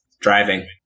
Driving